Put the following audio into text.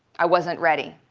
i wasn't ready.